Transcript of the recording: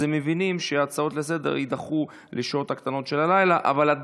הצעות לסדר-היום יידחו לשעות הקטנות של הלילה.